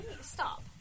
Stop